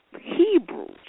Hebrews